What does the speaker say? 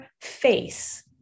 face